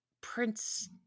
prince